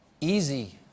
easy